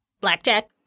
blackjack